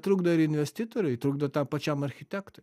trukdo ir investitoriui trukdo ir tam pačiam architektui